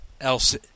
else